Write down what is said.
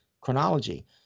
chronology